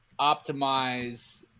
optimize